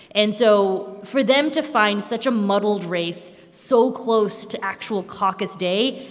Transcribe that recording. and so for them to find such a muddled race so close to actual caucus day,